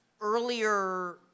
earlier